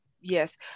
yes